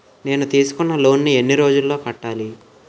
నేను తీసుకున్న లోన్ నీ ఎన్ని రోజుల్లో కట్టాలి?